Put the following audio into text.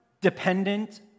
dependent